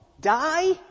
die